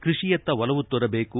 ಕೃಷಿಯತ್ತ ಒಲವು ತೋರಬೇಕು